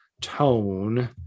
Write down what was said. tone